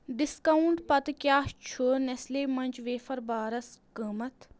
discount پتہٕ کیٛاہ چھُ نٮ۪سلے منٛچ ویفر بارس قۭمتھ